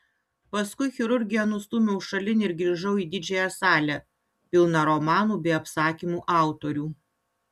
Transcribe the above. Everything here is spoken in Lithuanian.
paskui chirurgiją nustūmiau šalin ir grįžau į didžiąją salę pilną romanų bei apsakymų autorių